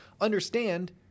understand